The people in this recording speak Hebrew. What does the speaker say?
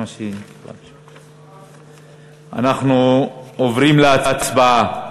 אנחנו עוברים להצבעה.